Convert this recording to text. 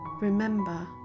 remember